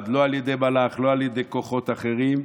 על ידי כוחות אחרים,